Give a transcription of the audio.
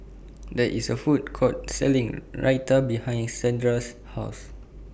There IS A Food Court Selling Raita behind Casandra's House